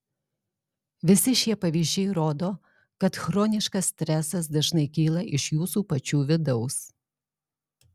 visi šie pavyzdžiai rodo kad chroniškas stresas dažnai kyla iš jūsų pačių vidaus